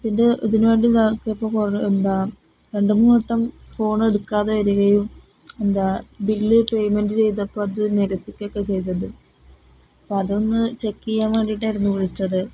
ഇതിൻ്റെ ഇതിനു വേണ്ടിയൊക്കെ ഇപ്പോള് കുറേ എന്താണ് രണ്ടുമൂന്നു വട്ടം ഫോൺ എടുക്കാതെ വരികയും എന്താണ് ബില്ല് പേയ്മെന്റ് ചെയ്തതൊക്കെ അതു നിരസിക്കുകയുമൊക്കെ ചെയ്തിട്ടുണ്ട് അപ്പോള് അതൊന്ന് ചെക്കീയ്യാൻ വേണ്ടിയിട്ടായിരുന്നു വിളിച്ചത്